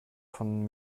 von